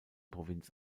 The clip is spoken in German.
provinz